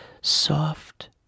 soft